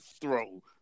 throw